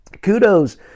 kudos